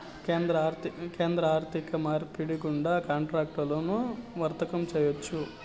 కేంద్ర ఆర్థిక మార్పిడి గుండా కాంట్రాక్టులను వర్తకం చేయొచ్చు